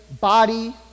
body